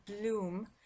Bloom